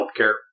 Healthcare